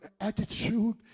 attitude